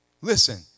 Listen